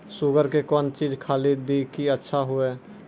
Sugar के कौन चीज खाली दी कि अच्छा हुए?